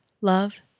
love